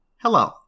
Hello